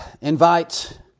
invite